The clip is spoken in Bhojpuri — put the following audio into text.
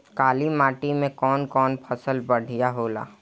काली माटी मै कवन फसल बढ़िया होला?